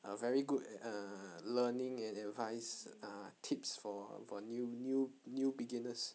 are very good at err learning and advice ah tips for for new new new beginners